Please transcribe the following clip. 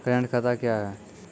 Current खाता क्या हैं?